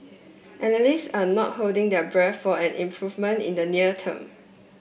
analysts are not holding their breath for an improvement in the near term